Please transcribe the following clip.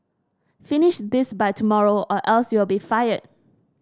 finish this by tomorrow or else you'll be fired